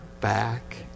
back